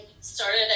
started